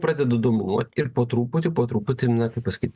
pradedu dominuot ir po truputį po truputį na kaip pasakyt